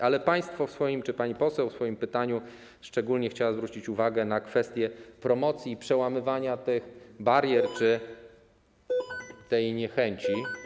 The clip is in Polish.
Ale państwo czy pani poseł w swoim pytaniu szczególnie chciała zwrócić uwagę na kwestię promocji i przełamywania barier czy tej niechęci.